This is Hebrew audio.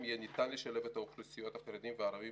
יהיה ניתן לשלב את אוכלוסיות החרדים והערבים